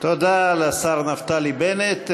תודה לשר נפתלי בנט.